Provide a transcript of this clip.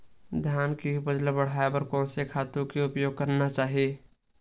धान के उपज ल बढ़ाये बर कोन से खातु के उपयोग करना चाही?